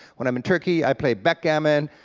when i'm in turkey i play backgammon,